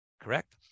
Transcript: correct